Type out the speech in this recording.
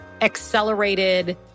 accelerated